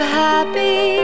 happy